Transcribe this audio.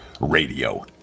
radio